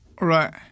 Right